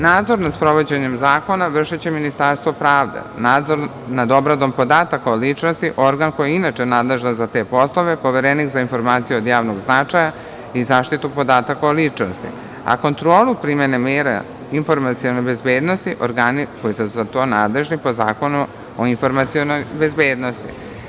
Nadzor nad sprovođenjem zakona vrši će Ministarstvo pravde, nadzor nad obradom podataka o ličnosti organ koji je inače naležan za te poslove – Poverenik za informacije od javnog značaja i zaštitu podataka o ličnosti, a kontrolu primene mera informacione bezbednosti organi koji su za to nadležni po Zakonu o informacionoj bezbednosti.